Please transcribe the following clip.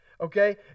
Okay